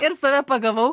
ir save pagavau